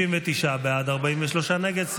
59 בעד, 43 נגד.